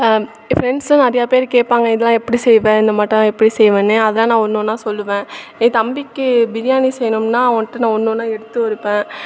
என் ஃப்ரெண்ட்ஸும் நிறைய பேர் கேட்பாங்க இதெல்லாம் எப்படி செய்வ இந்த மாட்டோம் எப்படி செய்வேன்னு அதான் நான் ஒன்று ஒன்றா சொல்லுவேன் என் தம்பிக்கு பிரியாணி செய்யணும்னால் அவன்ட நான் ஒன்று ஒன்றா எடுத்து வைப்பேன்